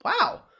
wow